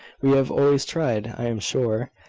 we have always tried, i am sure,